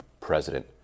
president